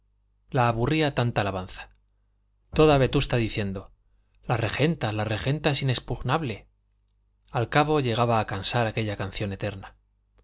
la aburría tanta alabanza toda vetusta diciendo la regenta la regenta es inexpugnable al cabo llegaba a cansar aquella canción eterna